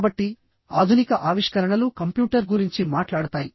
కాబట్టి ఆధునిక ఆవిష్కరణలు కంప్యూటర్ గురించి మాట్లాడతాయి